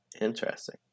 Interesting